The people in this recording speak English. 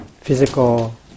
physical